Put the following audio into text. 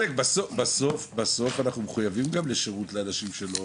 בסוף אנחנו מחויבים גם לשירות לאנשים שלא